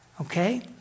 Okay